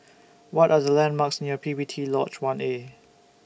What Are The landmarks near P P T Lodge one A